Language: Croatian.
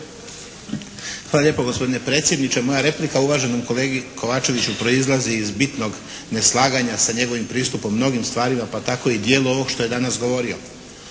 Hvala lijepo gospodine predsjedniče. Moja replika uvaženom kolegi Kovačeviću proizlazi iz bitnog neslaganja sa njegovim pristupom mnogim stvarima, pa tako i djelu ovog što je danas govorio.